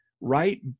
right